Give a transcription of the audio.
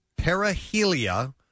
perihelia